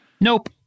Nope